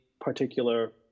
particular